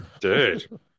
dude